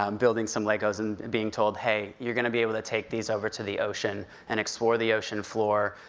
um building some legos and being told, hey, you're gonna be able to take these over to the ocean, and explore the ocean floor,